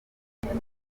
kugira